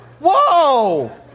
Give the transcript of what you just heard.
Whoa